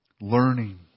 learning